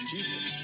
Jesus